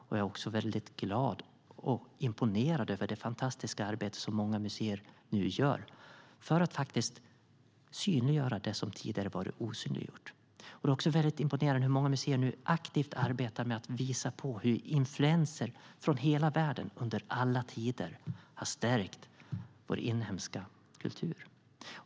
Jag är också väldigt glad och imponerad över det fantastiska arbete som många museer nu gör för att faktiskt synliggöra det som tidigare var osynliggjort. Det är också mycket imponerande hur många museer nu arbetar aktivt med att visa på hur influenser från hela världen under alla tider har stärkt vår inhemska kultur.